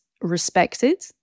respected